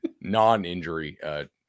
non-injury